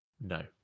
No